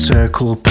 Circle